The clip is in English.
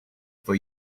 for